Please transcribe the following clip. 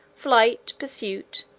flight, pursuit,